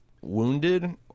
wounded